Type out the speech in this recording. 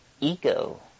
ego